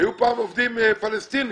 היו פעם עובדים פלסטיניים.